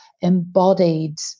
embodied